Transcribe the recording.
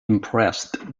impressed